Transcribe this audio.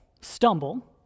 stumble